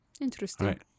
Interesting